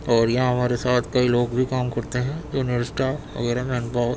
اور یہاں ہمارے ساتھ کئی لوگ بھی کام کرتے ہیں جو وغیرہ میں انبھو